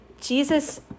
Jesus